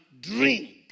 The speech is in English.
drink